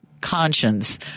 conscience